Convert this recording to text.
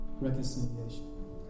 reconciliation